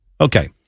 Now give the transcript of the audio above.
Okay